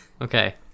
Okay